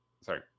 sorry